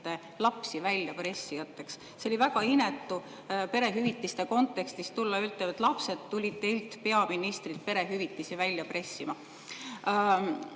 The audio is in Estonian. lapsi väljapressijateks. See oli väga inetu perehüvitiste kontekstis tulla ja öelda, et lapsed tulid teilt, peaministrilt, perehüvitisi välja pressima.